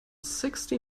sixty